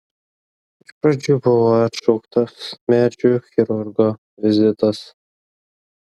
iš pradžių buvo atšauktas medžių chirurgo vizitas